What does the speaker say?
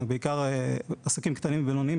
בעיקר עסקים קטנים ובינוניים,